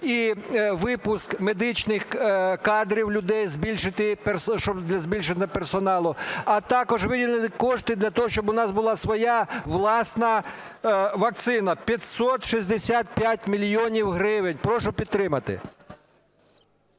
і випуск медичних кадрів людей, збільшення персоналу, а також виділити кошти для того, щоб у нас була своя власна вакцина, 565 мільйонів гривень. Прошу підтримати.